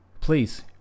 please